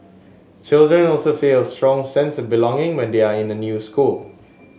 children also feel a strong sense of belonging when they are in a new school